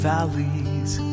valleys